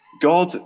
God